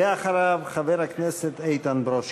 אחריו, חבר הכנסת איתן ברושי.